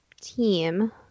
team